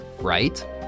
right